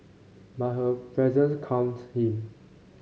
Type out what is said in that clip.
but her presence calmed him